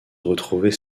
retrouver